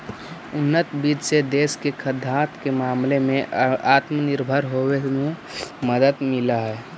उन्नत बीज से देश के खाद्यान्न के मामले में आत्मनिर्भर होवे में मदद मिललई